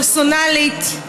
פרסונלית,